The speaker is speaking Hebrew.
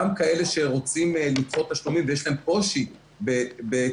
גם כאלה שרוצים לדחות תשלומים ויש להם קושי בתשלומים,